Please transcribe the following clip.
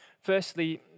Firstly